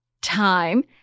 time